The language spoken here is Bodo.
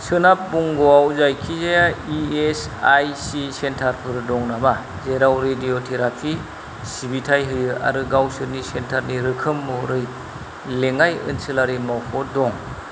सोनाब बंग'आव जायखिजाया इएसआईसि सेन्टारफोर दं नामा जेराव रेडिअ टेराफि सिबिथाइ होयो आरो गावसोरनि सेन्टारनि रोखोम महरै लेङाइ ओनसोलारि मावख' दं